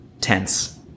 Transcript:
tense